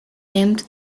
named